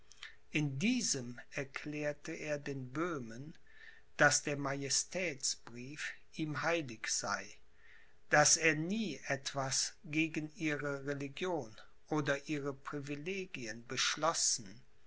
in diesem erklärte er den böhmen daß der majestätsbrief ihm heilig sei daß er nie etwas gegen ihre religion oder ihre privilegien beschlossen